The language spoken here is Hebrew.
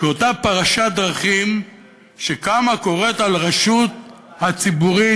כאותה פרשת דרכים שבה קם הכורת על הרשות הציבורית